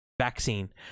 Vaccine